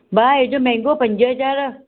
भाउ हेॾो महांगो पंज हज़ार